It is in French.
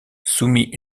soumit